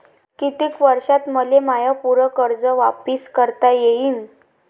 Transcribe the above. कितीक वर्षात मले माय पूर कर्ज वापिस करता येईन?